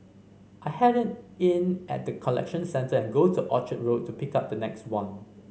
I hand it in at the collection centre and go to Orchard Road to pick up the next one